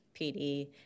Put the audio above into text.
PD